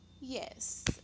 yes